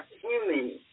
human